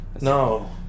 No